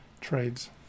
trades